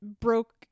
broke